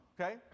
okay